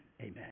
amen